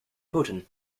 putin